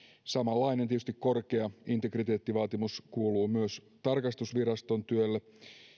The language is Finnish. samanlainen korkea integriteettivaatimus kuuluu myös tarkastusviraston työlle